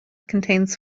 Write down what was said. contains